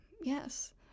Yes